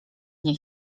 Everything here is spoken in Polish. nie